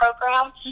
program